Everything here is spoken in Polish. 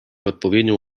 odpowiednią